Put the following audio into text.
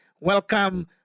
Welcome